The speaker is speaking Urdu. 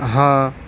ہاں